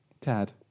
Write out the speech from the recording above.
Tad